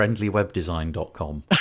friendlywebdesign.com